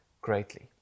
greatly